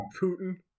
Putin